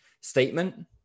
statement